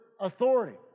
authority